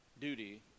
duty